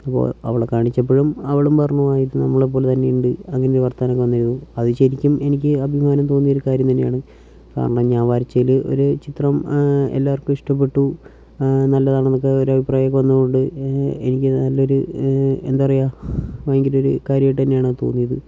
അപ്പോൾ അവളെ കാണിച്ചപ്പോഴും അവളും പറഞ്ഞു ആയിത് നമ്മളെപ്പോലെ തന്നെ ഉണ്ട് അങ്ങന ഒരു വർത്തമാനമൊക്കെ വന്നിരുന്നു അതു ശരിക്കും എനിക്ക് അഭിമാനം തോന്നിയൊരു കാര്യം തന്നെയാണ് കാരണം ഞാൻ വരച്ചതിൽ ഒരു ചിത്രം എല്ലാവർക്കും ഇഷ്ടപ്പെട്ടു നല്ലതാണെന്നൊക്കെ ഒരു അഭിപ്രായമൊക്കെ വന്നതുകൊണ്ട് എനിക്ക് നല്ലയൊരു എന്താ പറയുക ഭയങ്കര ഒരു കാര്യമായിട്ട് തന്നെയാണ് അത് തോന്നിയത്